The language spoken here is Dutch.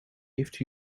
heeft